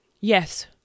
Yes